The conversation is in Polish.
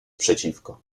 przeciwko